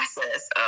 process